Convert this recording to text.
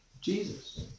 Jesus